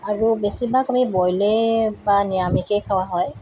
আৰু বেছিভাগ আমি বইলে বা নিৰামিষেই খোৱা হয়